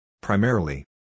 Primarily